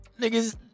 niggas